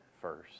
first